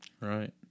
Right